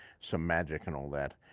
some magic and all that,